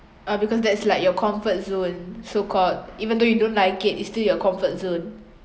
uh because that's like your comfort zone so called even though you don't like it's still your comfort zone